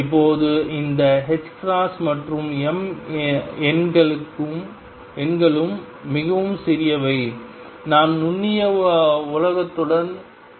இப்போது இந்த மற்றும் m எண்களும் மிகவும் சிறியவை நாம் நுண்ணிய உலகத்துடன் கையாள்கிறோம்